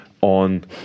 on